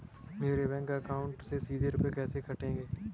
मेरे bank account से सीधे रुपए कैसे कटेंगे?